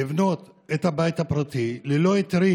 לבנות את הבית הפרטי ללא היתרים,